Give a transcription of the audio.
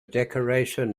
decoration